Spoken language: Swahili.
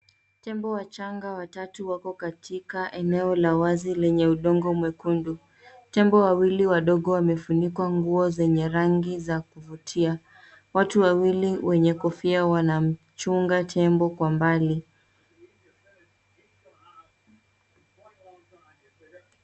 Tembo wachanga watatu wako katika eneo la wazi lenye udongo mwekundu. Tembo wawili wadogo wamefunikwa nguo zenye rangi za kuvutia. Watu wawili wenye kofia wanamchunga tembo kwa mbali.